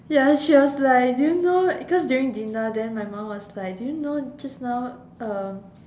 ya she was like do you know cause during dinner then my mum was like do you know just now um